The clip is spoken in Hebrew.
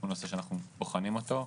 הוא נושא שאנחנו בוחנים אותו,